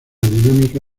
dinámica